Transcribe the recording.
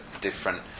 different